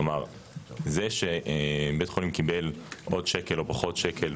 כלומר זה שבית חולים קיבל עוד שקל או פחות שקל,